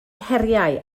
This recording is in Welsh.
heriau